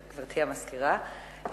גברתי המזכירה,